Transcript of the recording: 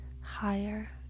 higher